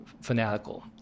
fanatical